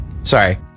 sorry